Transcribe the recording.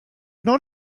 not